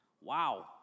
wow